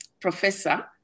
Professor